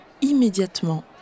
immédiatement